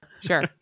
Sure